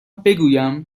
بگویم